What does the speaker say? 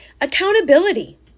Accountability